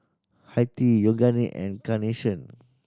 Hi Tea Yoogane and Carnation